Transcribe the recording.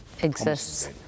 exists